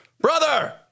Brother